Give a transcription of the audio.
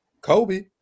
Kobe